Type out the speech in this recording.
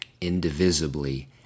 indivisibly